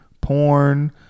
porn